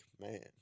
man